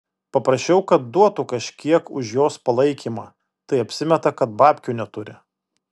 paprašiau kad duotų kažkiek už jos palaikymą tai apsimeta kad babkių neturi